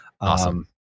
Awesome